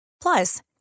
Plus